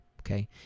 okay